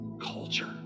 culture